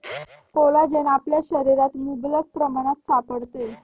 collagen आपल्या शरीरात मुबलक प्रमाणात सापडते